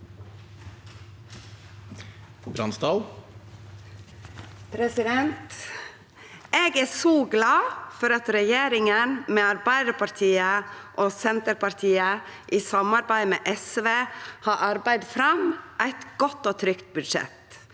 Eg er så glad for at regjeringa med Arbeidarpartiet og Senterpartiet i samarbeid med SV har arbeidd fram eit godt og trygt budsjett.